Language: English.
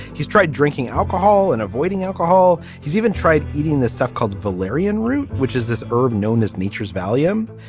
he's tried drinking alcohol and avoiding alcohol. he's even tried eating this stuff called valerian root, which is this erbe known as nature's valium.